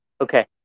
Okay